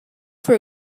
for